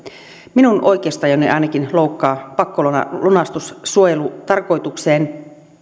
minun oikeustajuani ainakin loukkaa pakkolunastus suojelutarkoitukseen